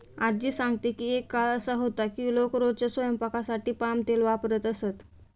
आज्जी सांगते की एक काळ असा होता की लोक रोजच्या स्वयंपाकासाठी पाम तेल वापरत असत